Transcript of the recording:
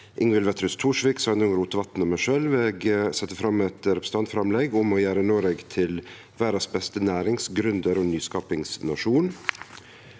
Ingvild Wetrhus Thorsvik, Sveinung Rotevatn og meg sjølv vil eg setje fram eit representantframlegg om å gjere Noreg til verdas beste nærings-, gründer- og nyskapingsnasjon.